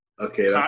okay